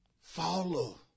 Follow